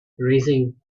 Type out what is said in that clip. raising